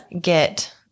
get